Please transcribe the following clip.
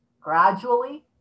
Gradually